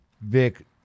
Vic